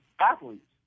athletes